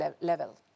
level